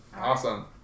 Awesome